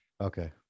Okay